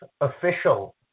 official